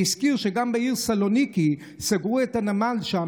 והזכיר שגם בעיר סלוניקי סגרו את הנמל שם